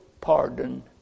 pardon